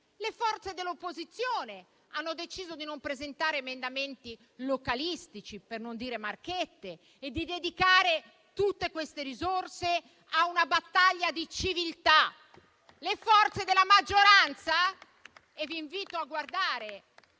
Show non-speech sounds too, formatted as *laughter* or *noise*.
le forze dell'opposizione hanno deciso di non presentare emendamenti localistici (per non dire marchette) e di dedicare tutte queste risorse a una battaglia di civiltà. *applause* Le forze della maggioranza - e vi invito a guardare